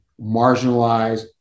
marginalized